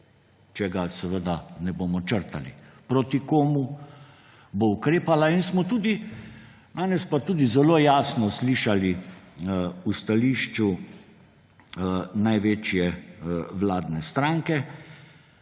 če ga seveda ne bomo črtali. Proti komu bo ukrepala? Danes smo tudi zelo jasno slišali v stališču največje vladne stranke